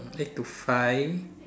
eight to five